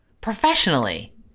Professionally